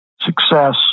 success